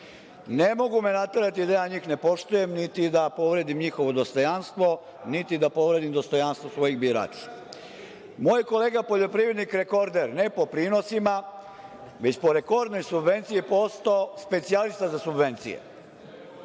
Ne mogu me naterati da ja njih ne poštujem, niti da povredim njihovo dostojanstvo, niti da povredim dostojanstvo svojih birača. Moj kolega poljoprivrednik rekorder ne po prinosima, već po rekordnoj subvenciji postao specijalista za subvencije.